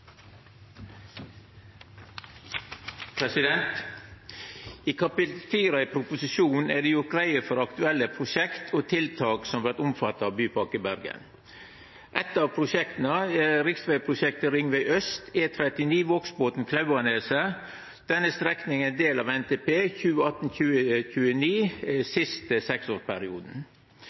det gjort greie for aktuelle prosjekt og tiltak som blir omfatta av Bypakke Bergen. Eitt av prosjekta er riksvegprosjektet Ringveg øst, E39 Vågsbotn–Klauvaneset. Denne strekninga er del av NTP 2018–2029, siste